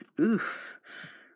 Oof